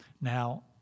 Now